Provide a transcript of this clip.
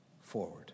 forward